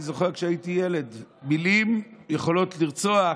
אני זוכר כשהייתי ילד: מילים יכולות לרצוח,